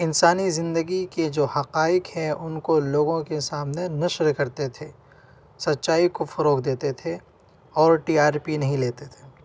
انسانی زندگی کے جو حقائق ہیں ان کو لوگوں کے سامنے نشر کرتے تھے سچائی کو فروغ دیتے تھے اور ٹی آر پی نہیں لیتے تھے